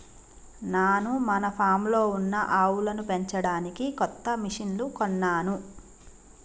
నాను మన ఫామ్లో ఉన్న ఆవులను పెంచడానికి కొత్త మిషిన్లు కొన్నాను